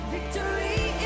Victory